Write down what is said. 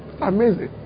Amazing